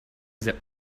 their